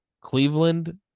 Cleveland